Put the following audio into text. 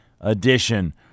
edition